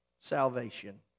salvation